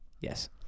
Yes